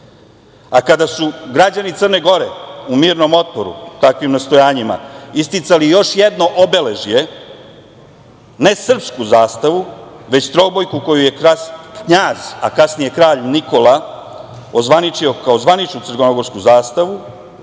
A kada su građani Crne Gore u mirnom otporu takvim nastojanjima isticali još jedno obeležje, ne srpsku zastavu, već trobojku koju je knjaz, a kasnije kralj Nikola ozvaničio kao zvanično crnogorsku zastavu,